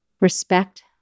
respect